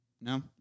No